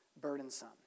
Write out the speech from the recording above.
burdensome